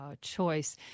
choice